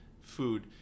food